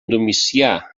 domicià